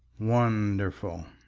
wonderful!